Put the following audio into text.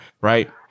Right